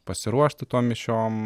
pasiruošti tom mišiom